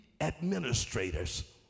administrators